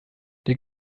der